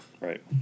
Right